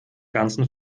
ganzen